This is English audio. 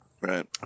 Right